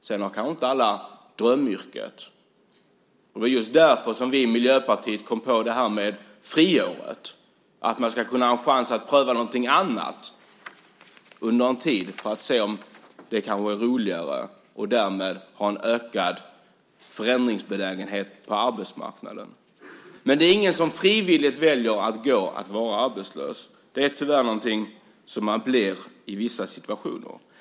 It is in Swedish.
Sedan kanske inte alla har drömyrket, och det var just därför som vi i Miljöpartiet kom på det här med friåret, att man ska ha en chans att pröva någonting annat under en tid för att se om det kan vara roligare. Därmed får vi en ökad förändringsbenägenhet på arbetsmarknaden. Det är ingen som frivilligt väljer att vara arbetslös. Det är tyvärr någonting som man blir i vissa situationer.